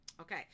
Okay